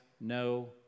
no